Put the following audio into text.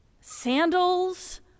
Sandals